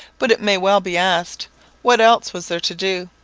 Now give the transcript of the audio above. but it may well be asked what else was there to do?